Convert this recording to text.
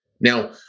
Now